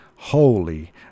holy